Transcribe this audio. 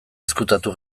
ezkutatu